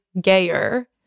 gayer